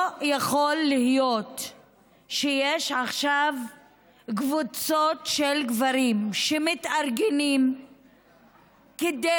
לא יכול להיות שיש עכשיו קבוצות של גברים שמתארגנים כדי